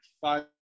five